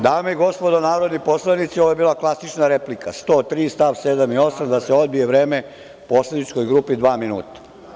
Dame i gospodo narodni poslanici, ovo je bila klasična replika, član 103. st. 7. i 8. da se odbije vreme poslaničkoj grupi dva minuta.